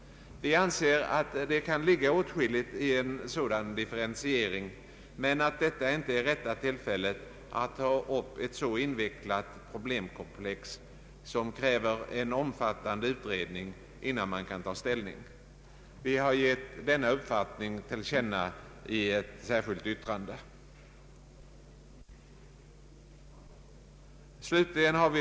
Vi anser att det kan ligga åtskilligt i en sådan differentiering men att detta inte är rätta tillfället att ta upp ett sådant problemkomplex, som kräver en omfattande utredning innan man kan ta ställning. Vi har gett denna uppfattning till känna i ett särskilt yttrande.